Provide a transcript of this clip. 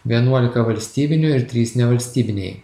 vienuolika valstybinių ir trys nevalstybiniai